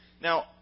now